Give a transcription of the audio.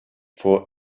for